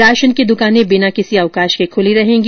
ration की दुकानें बिना किसी अवकाश के खूली रहेंगी